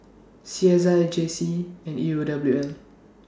C S I J C and E rule W L